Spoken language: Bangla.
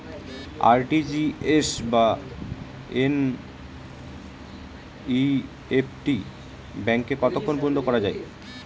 আর.টি.জি.এস বা এন.ই.এফ.টি ব্যাংকে কতক্ষণ পর্যন্ত করা যায়?